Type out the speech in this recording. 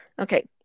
Okay